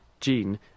gene